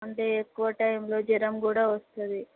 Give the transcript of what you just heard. అంటే ఎక్కువ టైములో జ్వరం కూడా వస్తుంది